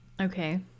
okay